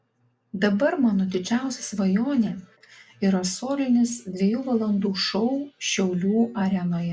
dabar mano didžiausia svajonė yra solinis dviejų valandų šou šiaulių arenoje